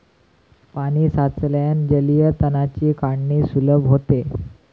पाणी साचल्याने जलीय तणांची काढणी सुलभ होते